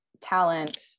talent